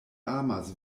amas